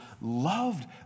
loved